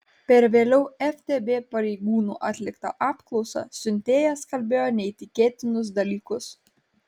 per vėliau ftb pareigūnų atliktą apklausą siuntėjas kalbėjo neįtikėtinus dalykus